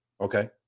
Okay